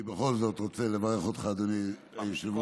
אני בכל זאת רוצה לברך אותך, אדוני היושב-ראש.